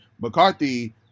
McCarthy